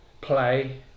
play